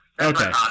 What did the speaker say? Okay